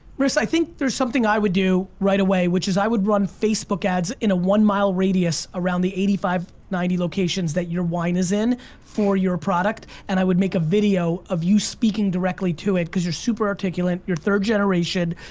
marisa, i think there's something i would do right away which is i would run facebook ads in a one mile radius around the eighty five, ninety locations that your wine is in for your product and i would make a video of you speaking directly to it because you're super articulate, you're third generation,